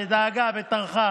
שדאגה וטרחה